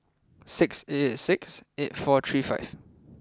six eight eight six eight four three five